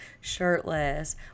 shirtless